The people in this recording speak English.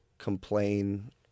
complain